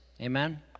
Amen